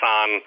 on